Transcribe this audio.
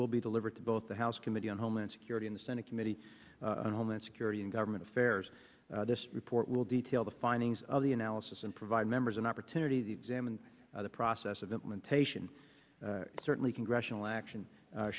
will be delivered to both the house committee on homeland security in the senate committee on homeland security and government affairs this report will detail the findings of the analysis and provide members an opportunity the examine the process of implementation certainly congressional action